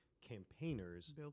campaigners